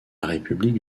république